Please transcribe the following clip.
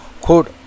quote